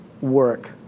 work